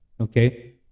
okay